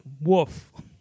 Woof